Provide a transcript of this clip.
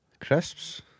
Crisps